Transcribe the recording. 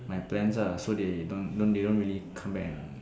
my plans lah so they don't don't they don't really come back and